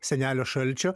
senelio šalčio